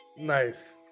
Nice